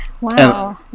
Wow